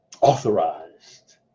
authorized